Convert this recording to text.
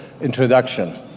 introduction